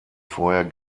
vorher